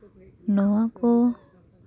ᱱᱚᱶᱟ ᱠᱚ